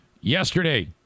Yesterday